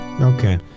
Okay